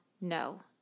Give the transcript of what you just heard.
no